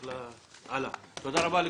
הישיבה ננעלה בשעה 10:58.